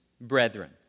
brethren